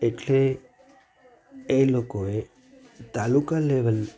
એટલે એ લોકોએ તાલુકા લેવલ